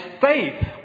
faith